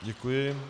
Děkuji.